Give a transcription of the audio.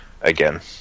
again